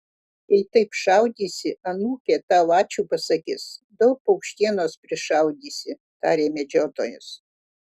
jei taip šaudysi anūkė tau ačiū pasakys daug paukštienos prišaudysi tarė medžiotojas